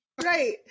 Right